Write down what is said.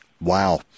Wow